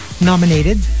nominated